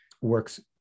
works